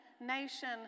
nation